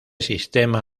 sistema